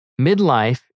Midlife